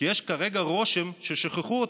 כי יש כרגע רושם ששכחו אותם.